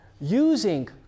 using